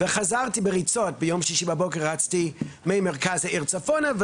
וחזרתי בריצה ביום שישי בבוקר רצתי ממרכז העיר צפונה,